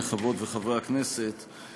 חברות וחברי הכנסת,